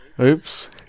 Oops